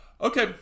Okay